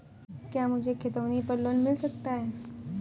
क्या मुझे खतौनी पर लोन मिल सकता है?